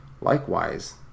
Likewise